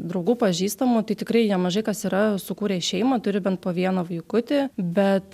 draugų pažįstamų tai tikrai jie mažai kas yra sukūrę šeimą turi bent po vieną vaikutį bet